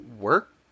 work